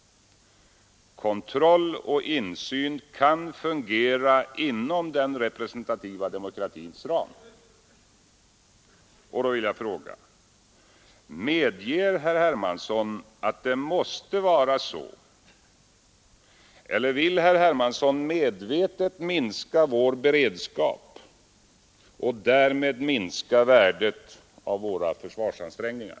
Kontroll och insyn kan fungera inom den representativa demokratins ram. Därför vill jag ställa följande fråga till herr Hermansson: Medger herr Hermansson att det måste vara så eller vill herr Hermansson medvetet minska vår beredskap och därmed minska värdet av våra försvarsansträngningar?